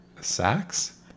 Sax